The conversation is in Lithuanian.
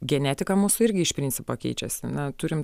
genetika mūsų irgi iš principo keičiasi na turim